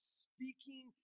speaking